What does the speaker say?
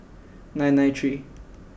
nine nine three